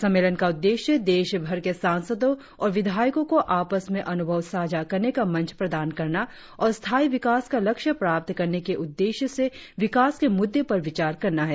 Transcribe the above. सम्मेलन का उद्देश्य देशभर के सांसदों और विधायकों को आपस में अनुभव साझा करने का मंच प्रदान करना और स्थायी विकास का लक्ष्य प्राप्त करने के उद्देश्य से विकास के मुद्दे पर विचार करना है